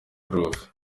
prof